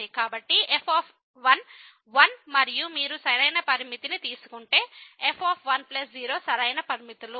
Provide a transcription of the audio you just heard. కాబట్టి f 1 మరియు మీరు సరైన లిమిట్ తీసుకుంటే f 1 0 సరైన పరిమితులు